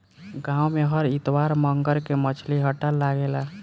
गाँव में हर इतवार मंगर के मछली हट्टा लागेला